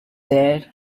there